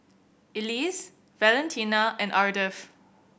Elise Valentina and Ardeth